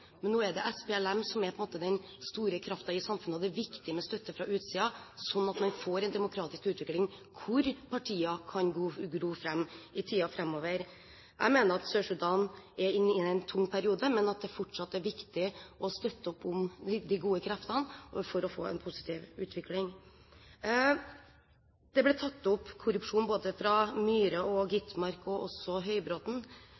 Men nå er det SPLM som på en måte er den store kraften i samfunnet. Det er viktig med støtte fra utsiden, slik at man får en demokratisk utvikling hvor partiene kan gro fram i tiden framover. Jeg mener at Sør-Sudan er inne i en tung periode, men at det fortsatt er viktig å støtte opp om de gode kreftene for å få en positiv utvikling. Både Myhre, Skovholt Gitmark og også Høybråten var inne på korrupsjon.